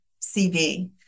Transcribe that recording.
CV